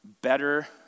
better